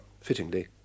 fittingly